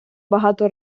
багато